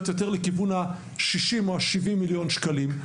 יותר לכיוון 60 או 70 מיליון שקלים.